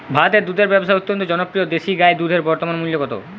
ভারতে দুধের ব্যাবসা অত্যন্ত জনপ্রিয় দেশি গাই দুধের বর্তমান মূল্য কত?